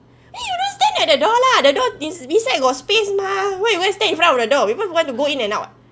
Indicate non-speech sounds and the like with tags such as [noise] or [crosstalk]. [breath] then you don't stand at the door !wah! lah the door this beside got space mah why you went stand in front of the door people want to go in and out [what]